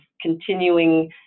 continuing